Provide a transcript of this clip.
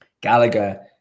Gallagher